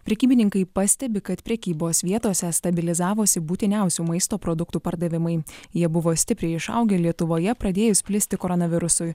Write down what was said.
prekybininkai pastebi kad prekybos vietose stabilizavosi būtiniausių maisto produktų pardavimai jie buvo stipriai išaugę lietuvoje pradėjus plisti koronavirusui